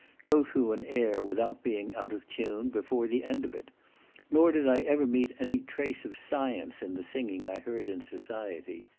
go through an air without being out of tune before the end of it nor did i ever meet any trace of science in the singing i heard in society.